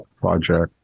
project